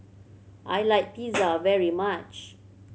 I like Pizza very much